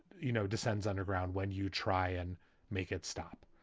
you know, descends underground when you try and make it stop.